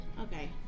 Okay